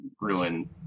ruin